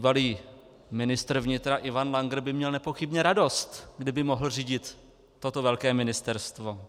Bývalý ministr vnitra Ivan Langer by měl nepochybně radost, kdyby mohl řídit toto velké ministerstvo.